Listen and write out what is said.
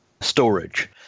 storage